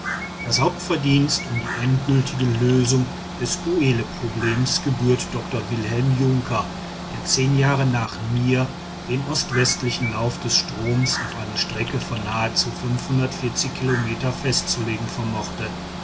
das hauptverdienst um die endgültige lösung des uelleproblems gebührt dr wilhelm junker der zehn jahre nach mir den ostwestlichen lauf des stromes auf eine strecke von nahezu kilometer festzulegen vermochte